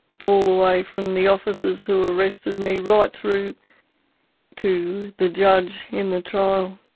all the way from the officers who arrested me, right through to the judge in the trial